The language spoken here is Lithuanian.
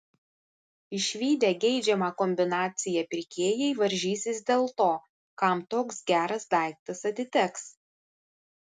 išvydę geidžiamą kombinaciją pirkėjai varžysis dėl to kam toks geras daiktas atiteks